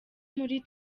muri